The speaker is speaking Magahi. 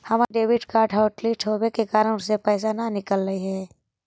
हमर डेबिट कार्ड हॉटलिस्ट होवे के कारण उससे पैसे न निकलई हे